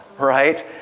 Right